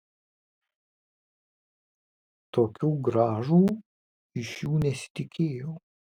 tokių grąžų iš jų nesitikėjau